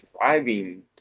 driving